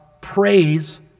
praise